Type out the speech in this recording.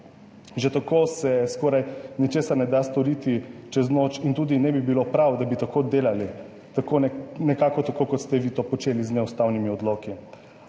Že tako se skoraj ničesar ne da storiti čez noč in tudi ne bi bilo prav, da bi tako delali, nekako tako, kot ste vi to počeli z neustavnimi odloki.